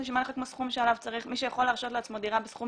נשמע לך כמו סכום שמישהו יכול להרשות לעצמו דירה בסכום